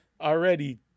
already